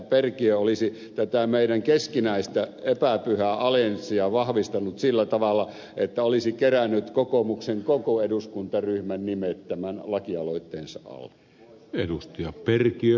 perkiö olisi tätä meidän keskinäistä epäpyhää allianssiamme vahvistanut sillä tavalla että olisi kerännyt kokoomuksen koko eduskuntaryhmän nimet tämän lakialoitteensa alle